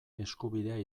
eskubidea